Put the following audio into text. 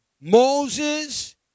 Moses